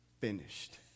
finished